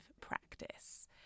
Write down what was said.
practice